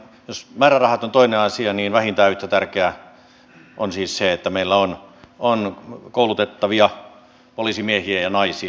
jos määrärahat ovat toinen asia niin vähintään yhtä tärkeää on siis se että meillä on koulutettavia poliisimiehiä ja naisia